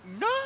no